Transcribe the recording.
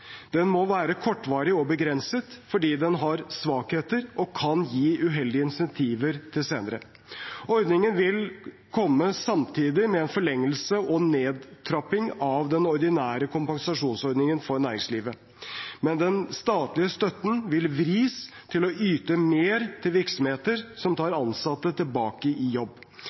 Den må være kortvarig og begrenset, fordi den har svakheter og kan gi uheldige insentiver til senere. Ordningen vil komme samtidig med en forlengelse og nedtrapping av den ordinære kompensasjonsordningen for næringslivet. Men den statlige støtten vil vris til å yte mer til virksomheter som tar ansatte tilbake i jobb.